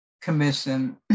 commission